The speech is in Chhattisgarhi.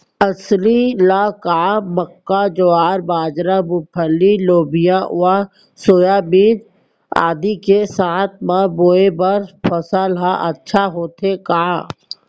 अलसी ल का मक्का, ज्वार, बाजरा, मूंगफली, लोबिया व सोयाबीन आदि के साथ म बोये बर सफल ह अच्छा होथे का?